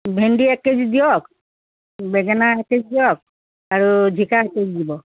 ভেন্দি এক কেজি দিয়ক বেঙেনা এক দিয়ক আৰু জিকা এক কেজি দিব